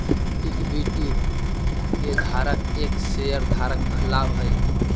equity के धारक एक शेयर धारक कहलावऽ हइ